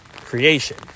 creation